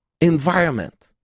environment